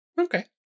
Okay